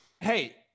Hey